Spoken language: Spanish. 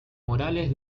morales